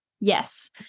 Yes